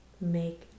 make